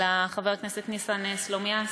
חבר הכנסת ניסן סלומינסקי,